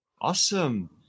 Awesome